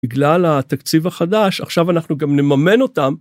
בגלל התקציב החדש עכשיו אנחנו גם נממן אותם.